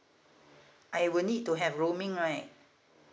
I would need to have roaming right